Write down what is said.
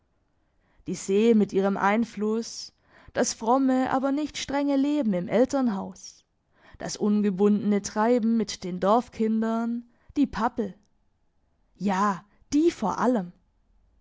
die see mit ihrem einfluss das fromme aber nicht strenge leben im elternhaus das ungebundene treiben mit den dorfkindern die pappel ja die vor allem